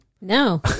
no